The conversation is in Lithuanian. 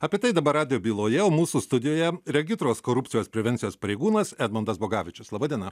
apie tai dabar radijo byloje o mūsų studijoje regitros korupcijos prevencijos pareigūnas edmundas bogavičius laba diena